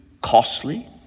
costly